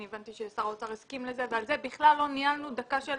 אני הבנתי ששר האוצר הסכים לזה ועל זה בכלל לא ניהלנו דקה של